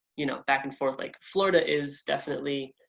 you know back and forth. like florida is definitely